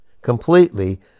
completely